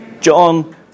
John